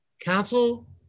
council